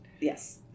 Yes